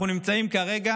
אנחנו נמצאים כרגע